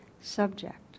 Subject